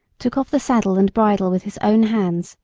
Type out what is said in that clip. took off the saddle and bridle with his own hands,